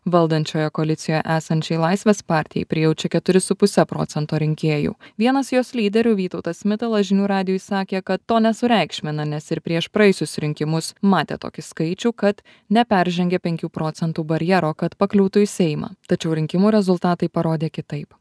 valdančioje koalicijoje esančiai laisvės partijai prijaučia keturi su puse procento rinkėjų vienas jos lyderių vytautas mitalas žinių radijui sakė kad to nesureikšmina nes ir prieš praėjusius rinkimus matė tokį skaičių kad neperžengia penkių procentų barjero kad pakliūtų į seimą tačiau rinkimų rezultatai parodė kitaip